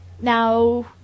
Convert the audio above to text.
Now